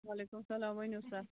وعلیکُم سلام ؤنِو سا